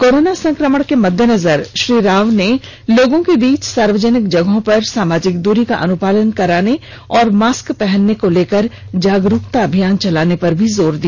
corona संक्रमण के मददेनजर श्री राव ने लोगों के बीच सार्वजनिक जगहों पर सामाजिक दूरी का अनुपालन कराने और मास्क पहनने को लेकर जागरूकता अभियान चलाने पर भी जोर दिया